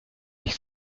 ich